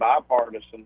bipartisan